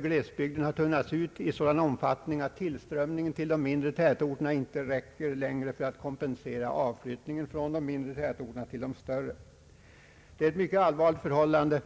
Glesbygden har tunnats ut i sådan omfattning att tillströmningen till de mindre tätorterna inte längre räcker till för att kompensera avflyttningen från dessa till de större orterna. Det är ett mycket allvarligt förhållande